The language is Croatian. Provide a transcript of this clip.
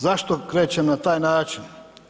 Zašto krećem na taj način?